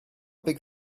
big